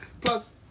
Plus